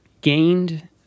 gained